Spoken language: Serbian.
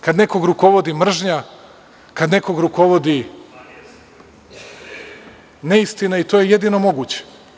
Kada nekim rukovodi mržnja, kad nekim rukovodi neistina i to je jedino moguće.